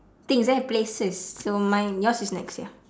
things eh places so mine yours is next ya